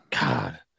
God